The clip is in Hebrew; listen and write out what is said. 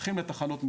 הולכים לתחנות משנה,